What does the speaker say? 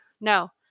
no